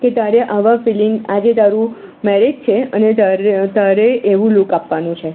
કે તારે આવા ફિલિંગ આજે તારું મેરેજ છે અને તારે તારે એવું લુક આપવાનું છે